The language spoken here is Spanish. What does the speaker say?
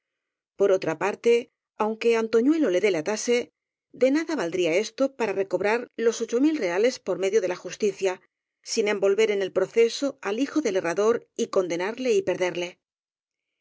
por otra parte aunque antoñuelo le delatase de nada valdría esto para recobrar los ocho mil reales por medio de la jus ticia sin envolver en el proceáo al hijo del herra dor y condenarle y perderle